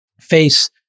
face